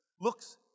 looks